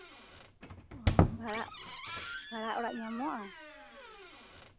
ᱚ ᱵᱷᱟᱲᱟ ᱚᱲᱟᱜ ᱧᱟᱢᱚᱜᱼᱟ